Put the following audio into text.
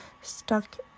stuck